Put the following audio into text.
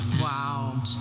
Wow